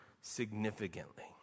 significantly